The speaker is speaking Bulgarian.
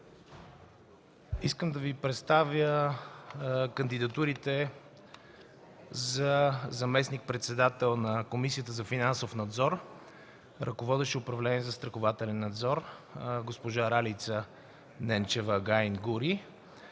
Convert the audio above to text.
Искам да Ви представя кандидатурите за заместник-председател на Комисията за финансов надзор, ръководещ управление „Застрахователен надзор“, госпожа Ралица Ненчева Агайн-Гури